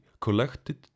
collected